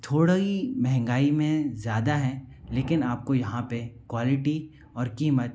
थोड़ई महंगाई में ज़्यादा है लेकिन आपके यहाँ पे क्वालिटी और कीमत